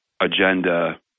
agenda